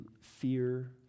fear